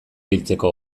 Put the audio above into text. hiltzeko